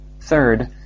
Third